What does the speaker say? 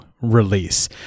release